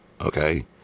okay